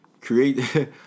create